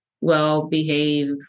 well-behaved